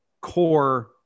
core